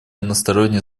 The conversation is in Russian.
односторонние